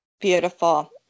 Beautiful